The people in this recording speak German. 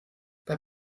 bei